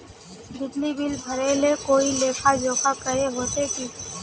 बिजली बिल भरे ले कोई लेखा जोखा करे होते की?